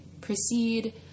proceed